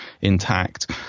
intact